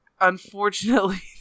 unfortunately